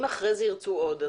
אם אחרי זה ירצו עוד,